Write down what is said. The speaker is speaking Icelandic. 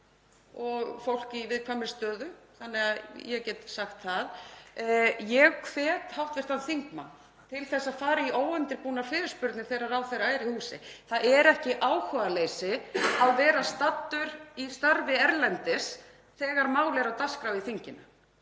og fólk í viðkvæmri stöðu, ég get sagt það. Ég hvet hv. þingmann til að fara í óundirbúnar fyrirspurnir þegar ráðherra er í húsi. Það er ekki áhugaleysi að vera staddur í starfi erlendis þegar mál er á dagskrá í þinginu.